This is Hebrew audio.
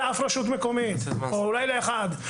לאף רשות מקומית אלא אולי לאחת.